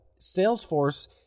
Salesforce